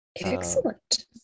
Excellent